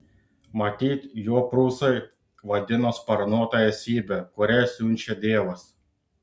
matyt juo prūsai vadino sparnuotą esybę kurią siunčia dievas